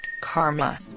karma